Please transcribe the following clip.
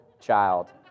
child